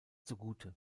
zugute